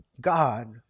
God